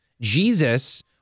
Jesus